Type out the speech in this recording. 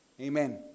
Amen